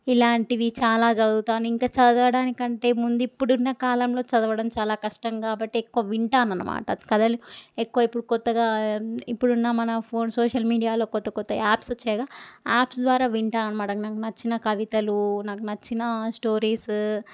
ఇలాంటివి చాలా చదువుతాను ఇంకా చదవడానికంటే ముందు ఇప్పుడున్న కాలంలో చదవడం చాలా కష్టం కాబట్టి ఎక్కువ వింటాను అనమాట కథలు ఎక్కువ ఇప్పుడు కొత్తగా ఇప్పుడున్న మన ఫోన్ సోషల్ మీడియాలో కొత్త కొత్త యాప్స్ వచ్చాయిగా ఆ యాప్స్ ద్వారా వింటాను అనమాట నాకు నచ్చిన కవితలు నాకు నచ్చిన స్టోరీసు